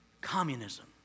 Communism